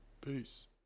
Peace